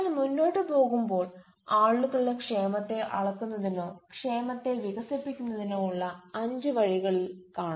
അതിനാൽ മുന്നോട്ട് പോകുമ്പോൾ ആളുകളുടെ ക്ഷേമത്തെ അളക്കുന്നതിനോ ക്ഷേമത്തെ വികസിപ്പിക്കുന്നതിനോ ഉള്ള അഞ്ച് വഴികൾ കാണാം